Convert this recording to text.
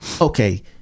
okay